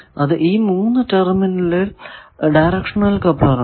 അപ്പോൾ ഇത് 3 terminal directional coupler ആണ്